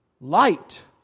Light